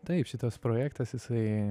taip šitas projektas jisai